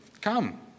Come